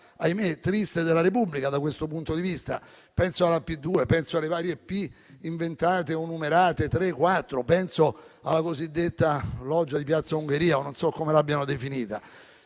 ahimè - triste della Repubblica da questo punto di vista. Penso alla P2, penso alle varie P, inventate o numerate: tre o quattro. Penso alla cosiddetta loggia di piazza Ungheria: non so come l'abbiano definita.